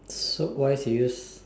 so why serious